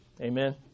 Amen